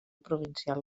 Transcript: provincial